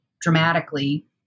dramatically